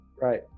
right